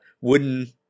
wooden